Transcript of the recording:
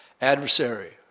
Adversary